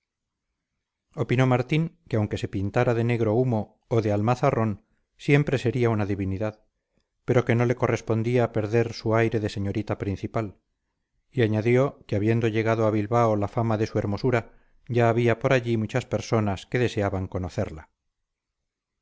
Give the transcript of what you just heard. opinó martín que aunque se pintara de negro humo o de almazarrón siempre sería una divinidad pero que no le correspondía perder su aire de señorita principal y añadió que habiendo llegado a bilbao la fama de su hermosura ya había por allí muchas personas que deseaban conocerla